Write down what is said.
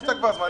נמצא כבר זמן,